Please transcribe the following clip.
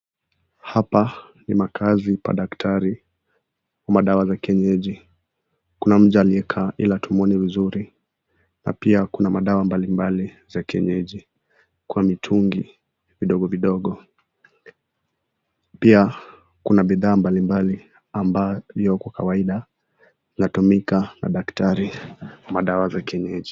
Hapa ni makaazi pa daktari wa madawa za kienyeji, kuna mja aliyekaa ila hatumwoni vizuri na pia kuna madawa mbalimbali za kienyeji kwa mitungi vidogo vidogo, pia kuna bidhaa mbalimbali ambavyo kwa kawaida vinatumika na daktari wa madawa za kienyeji.